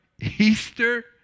Easter